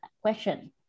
question